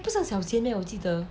but 不是很小间 meh 我记得